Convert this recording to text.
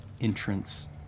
entrance